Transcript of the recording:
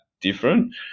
different